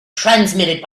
transmitted